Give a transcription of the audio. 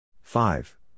Five